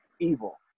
evil